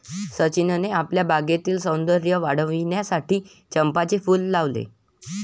सचिनने आपल्या बागेतील सौंदर्य वाढविण्यासाठी चंपाचे फूल लावले